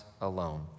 alone